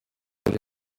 ari